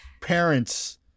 parents